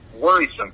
worrisome